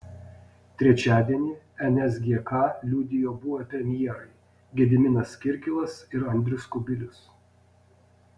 trečiadienį nsgk liudijo buvę premjerai gediminas kirkilas ir andrius kubilius